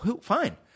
Fine